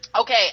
Okay